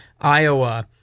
Iowa